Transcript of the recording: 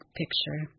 picture